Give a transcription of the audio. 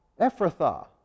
Ephrathah